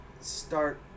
start